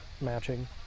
matching